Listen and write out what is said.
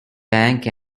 bank